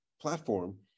platform